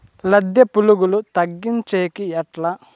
లద్దె పులుగులు తగ్గించేకి ఎట్లా?